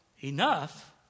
Enough